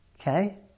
Okay